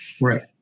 Right